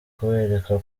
kubereka